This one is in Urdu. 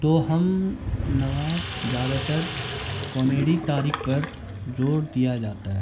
تو ہم نواب زیادہ تر کامیڈی تاریخ پر زور دیا جاتا ہے